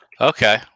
Okay